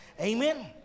Amen